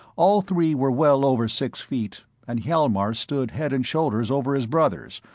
all three were well over six feet, and hjalmar stood head and shoulders over his brothers,